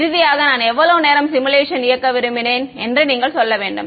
இறுதியாக நான் எவ்வளவு நேரம் சிமுலேஷனை இயக்க விரும்பினேன் என்ற நீங்கள் சொல்ல வேண்டும்